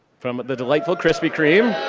from the delightful krispy kreme.